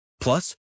Plus